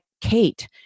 Kate